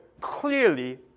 clearly